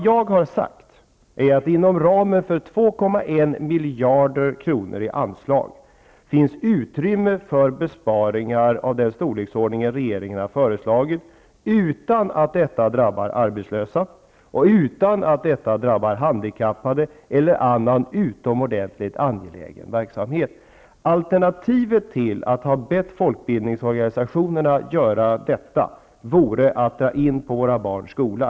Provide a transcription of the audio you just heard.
Jag har sagt att det inom ramen 2,1 miljarder kronor i anslag finns utrymme för besparingar av den storleksordning som regeringen har föreslagit utan att detta drabbar arbetslösa, handikappade eller annat som är utomordentligt angeläget. Alternativet till att be folkbildningsorganisationerna att göra denna besparing vore att dra in när det gäller våra barns skola.